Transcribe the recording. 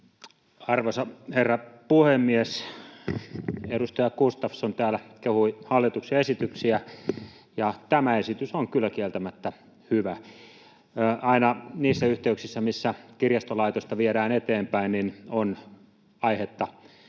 Arvoisa herra puhemies! Edustaja Gustafsson täällä kehui hallituksen esityksiä, ja tämä esitys on kyllä kieltämättä hyvä. Aina niissä yhteyksissä, missä kirjastolaitosta viedään eteenpäin, on aihetta